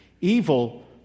Evil